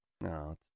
No